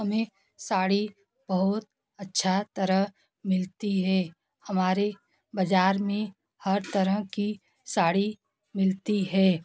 हमें साड़ी बहुत अच्छा तरह मिलती है हमारे बाजार में हर तरह की साड़ी मिलती है